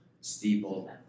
steeple